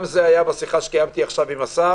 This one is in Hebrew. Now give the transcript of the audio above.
גם זה היה בשיחה שקיימתי כעת עם השר